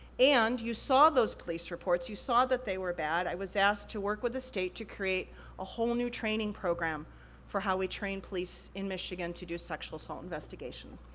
and you saw those police reports, you saw that they were bad. i was asked to work with the state to create a whole new training program for how we train police in michigan to do sexual assault investigations.